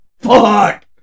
Fuck